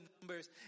numbers